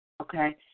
Okay